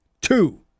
two